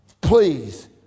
please